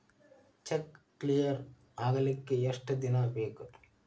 Check clear ಆಗಲಿಕ್ಕೆ ಎಷ್ಟ ದಿನ ಬೇಕು?